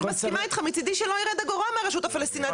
אני מסכימה איתך מצדי שלא ירד אגורה מהרשות הפלסטינאית,